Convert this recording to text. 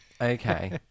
okay